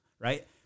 right